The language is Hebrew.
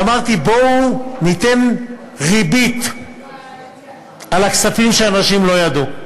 ואמרתי: בואו ניתן ריבית על הכספים שאנשים לא ידעו עליהם,